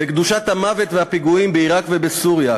לקדושת המוות ולפיגועים בעיראק ובסוריה,